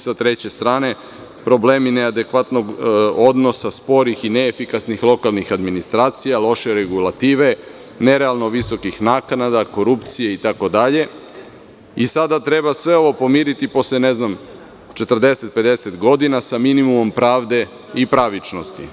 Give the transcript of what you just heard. Sa treće strane, problemi neadekvatnog odnosa sporih i neefikasnih lokalnih administracija, lošije regulative, nerealno visokih naknada, korupcije itd. i sada treba sve ovo pomiriti posle 40, 50 godina, sa minimumom pravde i pravičnosti.